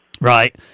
right